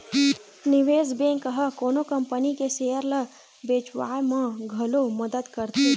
निवेस बेंक ह कोनो कंपनी के सेयर ल बेचवाय म घलो मदद करथे